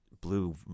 blue